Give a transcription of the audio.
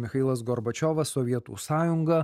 michailas gorbačiovas sovietų sąjunga